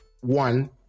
one